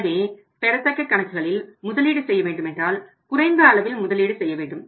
எனவே பெறத்தக்க கணக்குகளில் முதலீடு செய்ய வேண்டுமென்றால் குறைந்த அளவில் முதலீடு செய்ய வேண்டும்